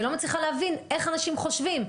אני לא מצליחה להבין איך אנשים חושבים.